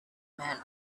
man